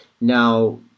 Now